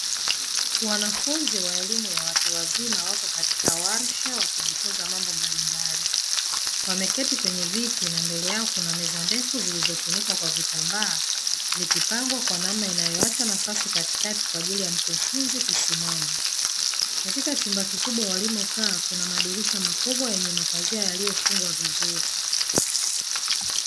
Wanafunzi wa elimu ya watu wazima wako katika warsha, wakijifunza mambo mbalimbali wameketi kwenye viti na mbele yao kuna meza ndefu, zilizofunikwa kwa vitambaa zikipangwa kwa namna inayoachwa nafasi katikati kwa ajili ya mkufunzi kusimama katika chumba kikubwa walimo kaa kuna madirisha makubwa yenye mapazia yaliyofungwa vizuri.